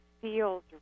feels